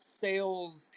sales